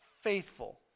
faithful